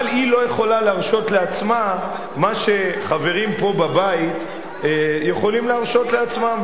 אבל היא לא יכולה להרשות לעצמה מה שחברים פה בבית יכולים להרשות לעצמם,